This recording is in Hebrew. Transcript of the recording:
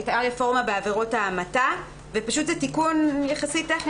הייתה רפורמה בעבירות ההמתה וזה פשוט תיקון יחסית טכני